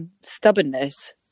stubbornness